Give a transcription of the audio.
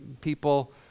people